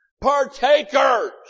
Partakers